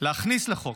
להכניס לחוק